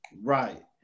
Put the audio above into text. right